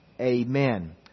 Amen